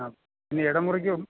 ആ പിന്നെ ഇടമുറിക്കും